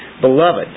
Beloved